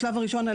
בשלב הראשון,